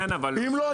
אם לא,